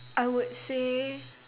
I would say